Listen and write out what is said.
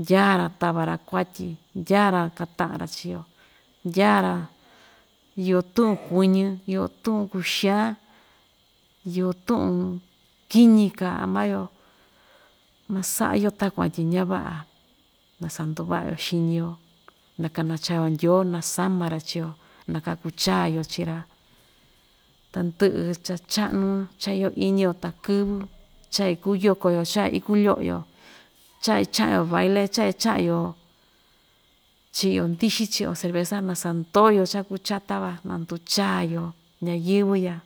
ndyaa‑ra tava‑ra kuatyi ndyaa‑ra kataꞌa‑ra chiꞌi‑yo ndyaa‑ra iyo tuꞌun kuiñi iyo tuꞌun kuxaan iyo tuꞌun kɨñɨ kaa ama‑yo masaꞌa‑yo takuan tyi ña‑vaꞌa na sanduvaꞌa‑yo xiñi‑yo na kanachaa‑yo ndyoo naa sama‑ra chii‑yo na kaku chaa‑yo chii‑ra tandɨꞌɨ cha chaꞌnu cha iyo iñi‑yo ta‑kɨvɨ chaa ikiyoko‑yo chaa iku loꞌo‑yo cha ichaꞌan‑yo baile cha ichaꞌa‑yo chiꞌi‑yo ndixi, chiꞌi‑yo cerveza naa sandoo‑yo cha kuu chata van naa nduchaa‑yo ñayɨvɨ‑ya.